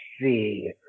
see